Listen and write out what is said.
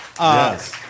Yes